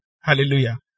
Hallelujah